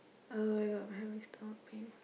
oh-my-god why are we stopping